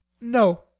no